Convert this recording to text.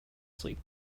sleep